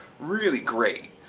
really great.